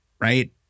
Right